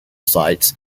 sites